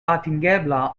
atingebla